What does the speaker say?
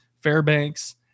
Fairbanks